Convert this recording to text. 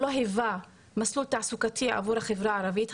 היווה מסלול תעסוקתי עבור החברה הערבית,